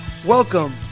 Welcome